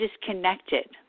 disconnected